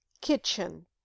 kitchen